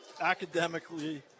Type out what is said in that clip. Academically